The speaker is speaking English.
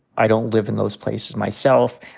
i don't live in those places myself.